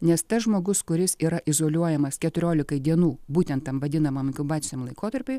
nes tas žmogus kuris yra izoliuojamas keturiolikai dienų būtent tam vadinamam inkubaciniam laikotarpiui